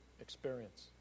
experience